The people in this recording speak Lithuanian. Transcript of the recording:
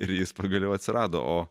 ir jis pagaliau atsirado o